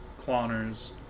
cloners